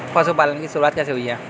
पशुपालन की शुरुआत कैसे हुई?